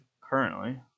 currently